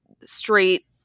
straight